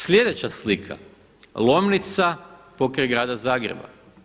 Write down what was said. Sljedeća slika, Lomnica pokraj grada Zagreba.